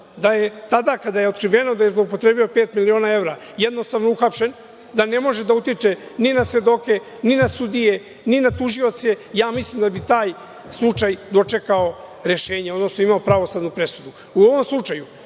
da je tada kada je otkriveno da je zloupotrebio pet miliona evra, jednostavno uhapšen da ne može da utiče ni na svedoke, ni na sudije, ni na tužioce, ja mislim da bi taj slučaj dočekao rešenje, odnosno imao pravosnažnu presudu.U ovom slučaju,